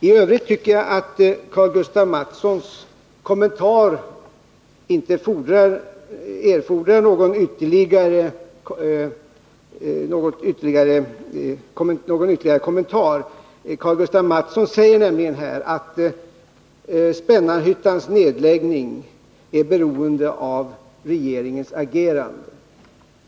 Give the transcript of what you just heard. I övrigt tycker jag att Karl-Gustaf Mathssons anförande inte erfordrar någon ytterligare kommentar. Karl-Gustaf Mathsson säger nämligen att Spännarhyttans nedläggning är beroende av regeringens agerande.